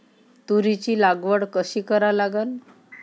तुरीची लागवड कशी करा लागन?